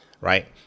Right